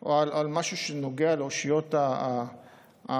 או על משהו שנוגע לאושיות הדת,